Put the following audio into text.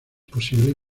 posible